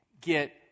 get